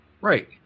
Right